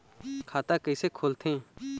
खाता कइसे खोलथें?